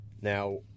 Now